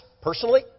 personally